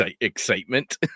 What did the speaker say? excitement